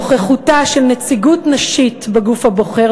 נוכחותה של נציגות נשית בגוף הבוחר